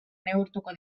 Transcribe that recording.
neurtuko